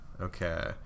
Okay